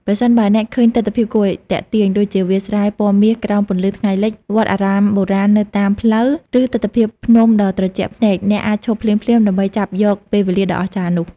ប្រសិនបើអ្នកឃើញទិដ្ឋភាពគួរឱ្យទាក់ទាញ ដូចជាវាលស្រែពណ៌មាសក្រោមពន្លឺថ្ងៃលិច វត្តអារាមបុរាណនៅតាមផ្លូវ ឬទិដ្ឋភាពភ្នំដ៏ត្រជាក់ភ្នែក អ្នកអាចឈប់ភ្លាមៗដើម្បីចាប់យកពេលវេលាដ៏អស្ចារ្យនោះ។